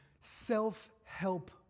self-help